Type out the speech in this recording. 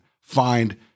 find